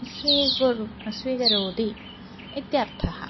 स्वीकुरु स्वीकरोति इत्यर्थः